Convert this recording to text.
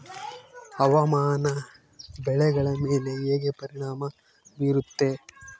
ಹವಾಮಾನ ಬೆಳೆಗಳ ಮೇಲೆ ಹೇಗೆ ಪರಿಣಾಮ ಬೇರುತ್ತೆ?